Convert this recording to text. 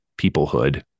peoplehood